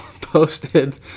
posted